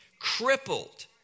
crippled